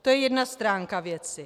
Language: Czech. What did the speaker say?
To je jedna stránka věci.